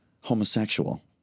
homosexual